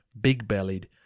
big-bellied